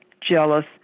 jealous